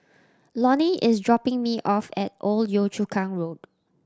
Lonny is dropping me off at Old Yio Chu Kang Road